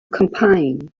campaign